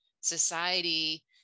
society